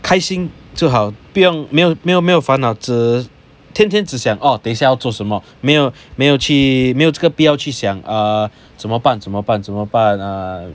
开心就好不用没有没有没有烦恼只天天只想 orh 等一下要做什么没有没有去没有这个必要去想 ah 怎么办怎么办怎么办 err